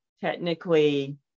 technically